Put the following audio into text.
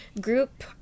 group